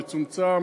מצומצם,